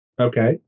Okay